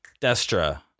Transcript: Destra